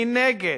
מנגד,